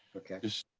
okay,